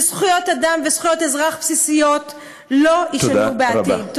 של זכויות אדם וזכויות אזרח בסיסיות לא יישנו בעתיד.